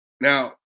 now